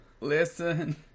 Listen